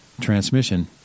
transmission